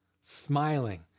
smiling